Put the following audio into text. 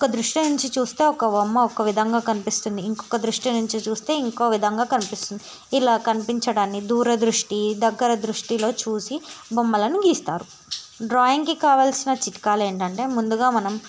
ఒక దృష్టి నుంచి చూస్తే ఒక బొమ్మ ఒక విధంగా కనిపిస్తుంది ఇంకొక దృష్టి నుంచి చూస్తే ఇంకో విధంగా కనిపిస్తుంది ఇలా కనిపించడాన్ని దూర దృష్టి దగ్గర దృష్టిలో చూసి బొమ్మలను గీస్తారు డ్రాయింగ్కి కావాల్సిన చిట్కాలు ఏంటంటే ముందుగా మనం